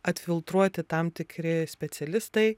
atfiltruoti tam tikri specialistai